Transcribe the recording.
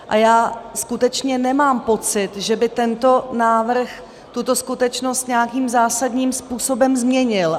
A já skutečně nemám pocit, že by tento návrh tuto skutečnost nějakým zásadním způsobem změnil.